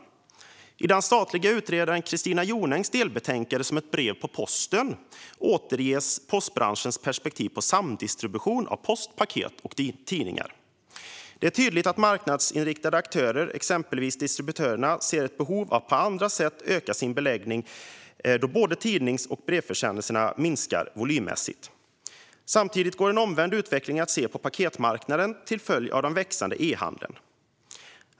I den statliga utredaren Kristina Jonängs delbetänkande Som ett brev på posten återges postbranschens perspektiv på samdistribution av post, paket och tidningar. Det är tydligt att marknadsinriktade aktörer, exempelvis distributörerna, ser ett behov av att på andra sätt öka sin beläggning då både tidnings och brevförsändelser minskar volymmässigt. Samtidigt går en omvänd utveckling att se på paketmarknaden till följd av den växande e-handeln.